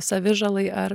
savižalai ar